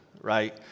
Right